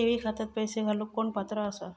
ठेवी खात्यात पैसे घालूक कोण पात्र आसा?